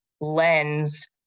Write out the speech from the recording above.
lens